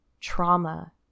trauma